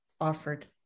offered